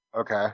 Okay